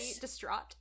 distraught